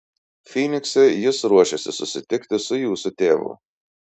fynikse jis ruošėsi susitikti su jūsų tėvu